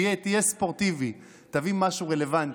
תהיה ספורטיבי, תביא משהו רלוונטי,